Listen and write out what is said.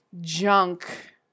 junk